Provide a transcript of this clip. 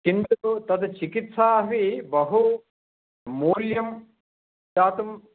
किन्तु तद् चिकित्सापि बहु मूल्यं दातुं